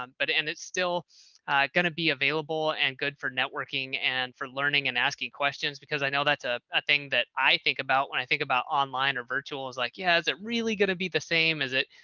um but and it's still going to be available and good for networking and for learning and asking questions. because i know that's a ah thing that i think about when i think about online or virtual is like yeah, is it really going to be the same as it,